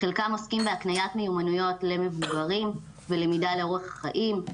חלקם עוסקים בהקניית מיומנויות למבוגרים ולמידה לאורך החיים,